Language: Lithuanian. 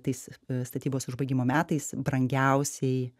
tais statybos užbaigimo metais brangiausiai